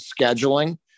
scheduling